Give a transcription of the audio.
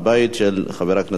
של חבר הכנסת מיכאל בן-ארי.